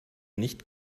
nicht